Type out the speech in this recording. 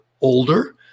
older